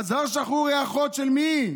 אזהאר שחרור היא האחות של מי?